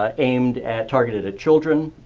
ah aimed at targeted a children.